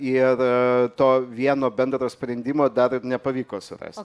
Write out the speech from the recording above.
ir to vieno bendro sprendimo dar ir nepavyko surasti